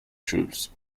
troops